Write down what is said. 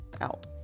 out